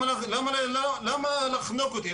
למה לחנוק אותי?